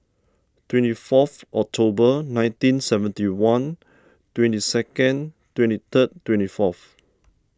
twenty four of October nineteen seventy one twenty second twenty three twenty four of